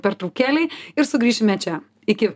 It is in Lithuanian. pertraukėlei ir sugrįšime čia iki